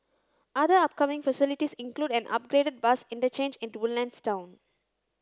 other upcoming facilities include an upgraded bus interchange in the Woodlands town